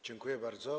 Dziękuję bardzo.